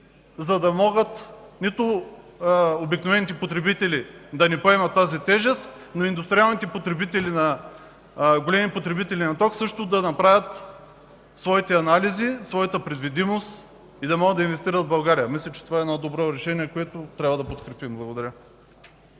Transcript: за да могат нито обикновените потребители да не поемат тази тежест, но големите индустриални потребители на ток също да направят своите анализ, своята предвидимост и да могат да инвестират в България. Мисля, че това е едно добро решение, което трябва да подкрепим. Благодаря.